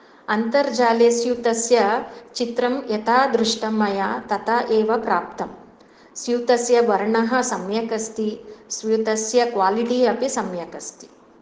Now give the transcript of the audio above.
अन्तर्जाले स्यूतस्य चित्रं यथा दृष्टं मया तथा एव प्राप्तं स्यूतस्य वर्णः सम्यक् अस्ति स्यूतस्य क्वालिटि अपि सम्यक् अस्ति